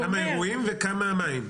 כמה אירועים וכמה מים.